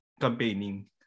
campaigning